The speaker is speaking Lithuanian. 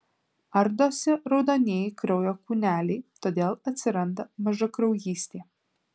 ardosi raudonieji kraujo kūneliai todėl atsiranda mažakraujystė